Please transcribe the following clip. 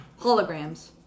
holograms